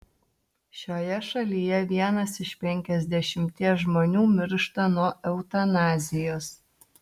šioje šalyje vienas iš penkiasdešimties žmonių miršta nuo eutanazijos